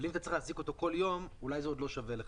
אם תצטרך להחזיק אותו יום יום אולי זה עוד לא שווה לך.